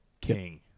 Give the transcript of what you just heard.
King